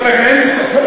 אין לי ספק,